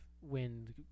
wind